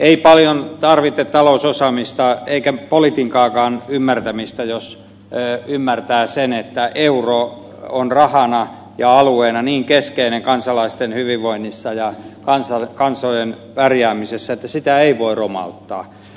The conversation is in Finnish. ei paljon tarvitse talousosaamista eikä politiikankaan ymmärtämistä jos ymmärtää sen että euro on rahana ja alueena niin keskeinen kansalaisten hyvinvoinnissa ja kansojen pärjäämisessä että sitä ei voi romahduttaa